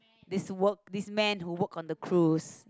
this work this man who work on the cruise